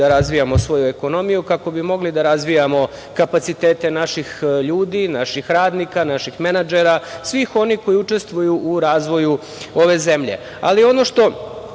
da razvijamo svoju ekonomiju, kako bi mogli da razvijamo kapacitete naših ljudi, naših radnika, naših menadžera, svih oni koji učestvuju u razvoju ove zemlje. Ono što